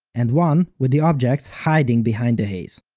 and one with the objects hiding behind the haze.